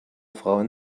frauen